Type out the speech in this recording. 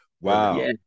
wow